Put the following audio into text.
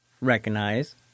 Recognize